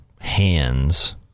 hands